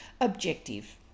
objective